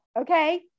Okay